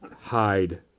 Hide